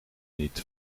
niet